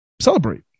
celebrate